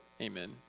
Amen